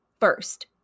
First